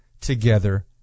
together